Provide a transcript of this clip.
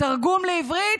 תרגום לעברית: